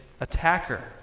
attacker